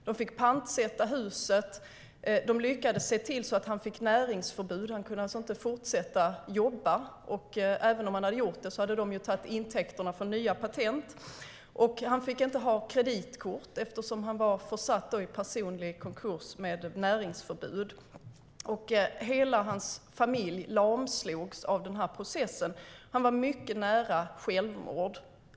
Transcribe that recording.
Han fick patentsätta sitt hus. De lyckades se till att han fick näringsförbud. Han kunde alltså inte fortsätta jobba. Även om han hade gjort det hade de tagit intäkterna från nya patent. Han fick inte heller ha kreditkort eftersom han var försatt i personlig konkurs med näringsförbud. Hela hans familj lamslogs av denna process, och han var mycket nära självmord.